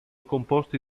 composti